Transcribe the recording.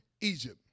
Egypt